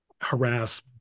harass